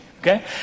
okay